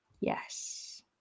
Yes